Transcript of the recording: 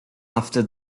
after